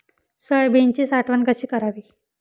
सोयाबीनची साठवण कशी करावी?